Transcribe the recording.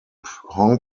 hong